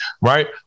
Right